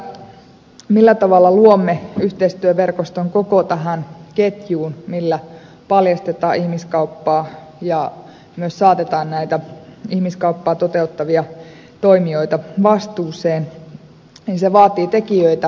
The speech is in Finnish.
se millä tavalla luomme yhteistyöverkoston koko tähän ketjuun millä paljastetaan ihmiskauppaa ja saatetaan ihmiskauppaa toteuttavia toimijoita vastuuseen vaatii tekijöitä ja se ei tapahdu ilmaiseksi